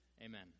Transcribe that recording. Amen